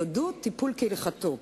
תודו, טיפול כהלכתו.